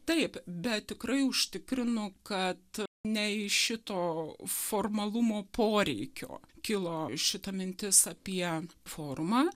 taip bet tikrai užtikrinu kad ne iš šito formalumo poreikio kilo šita mintis apie forumą